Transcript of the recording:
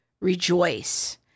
Rejoice